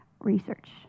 research